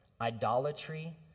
idolatry